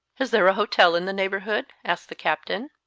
is there a hotel in the neighbourhood? asked the captain.